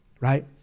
right